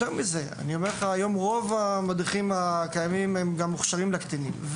רוב המדריכים הקיימים מוכשרים גם לקטינים.